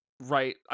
right